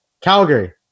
Calgary